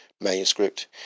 manuscript